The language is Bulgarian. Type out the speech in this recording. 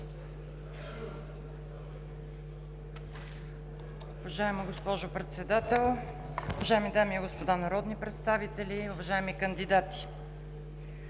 Уважаема госпожо Председател, уважаеми дами и господа народни представители! Уважаеми господин